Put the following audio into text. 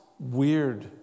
Weird